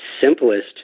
simplest